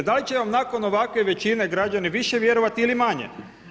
Da li će vam nakon ovakve većine građani više vjerovati ili manje?